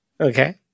Okay